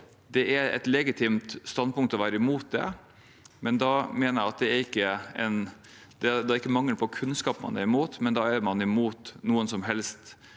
Det er et legitimt standpunkt å være imot det, men da er det ikke mangel på kunnskap man er imot; da er man imot noen som helst